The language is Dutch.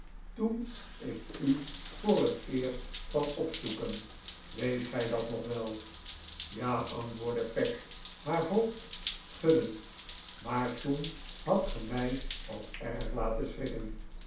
toen ik u voor het nikola as nickleby eerst kwam opzoeken weet gij dat nog wel ja antwoordde peg haar hoofd schuddend maar toen hadt ge mij pok erg laten schrikken